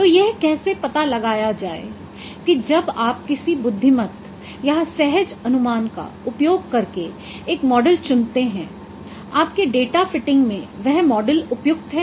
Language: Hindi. तो यह कैसे पता लगाया जाए कि जब आप किसी बुद्धिमत्त या सहज अनुमान का उपयोग करके एक मॉडल चुनते हैं आपके डेटा फिटिंग में वह मॉडल उपयुक्त है